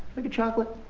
like a chocolate